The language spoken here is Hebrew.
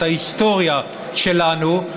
את ההיסטוריה שלנו,